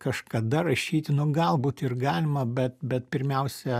kažkada rašyti nu galbūt ir galima bet bet pirmiausia